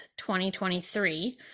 2023